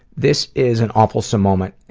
this is an awefulsome moment, ah,